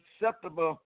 acceptable